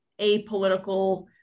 apolitical